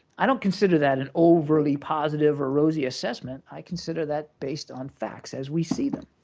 i don't consider that an overly positive or rosy assessment, i consider that based on facts as we see them.